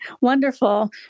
Wonderful